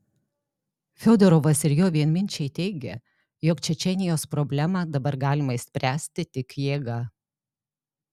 fiodorovas ir jo vienminčiai teigia jog čečėnijos problemą dabar galima išspręsti tik jėga